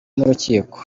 n’urukiko